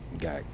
got